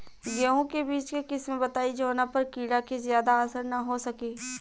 गेहूं के बीज के किस्म बताई जवना पर कीड़ा के ज्यादा असर न हो सके?